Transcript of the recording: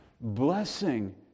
blessing